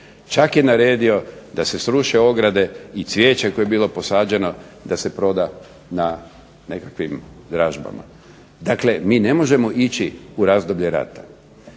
čak je naredio da se sruše ograde i cvijeće koje je posađeno da se proda po nekakvim dražbama. Dakle, mi ne možemo ići u razdoblje rata.